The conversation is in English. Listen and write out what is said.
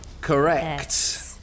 Correct